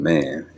Man